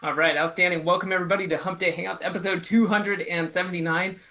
ah right, outstanding welcome everybody to hump day hangouts episode two hundred and seventy nine,